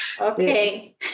Okay